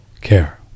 care